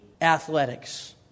athletics